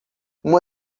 uma